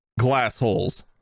glassholes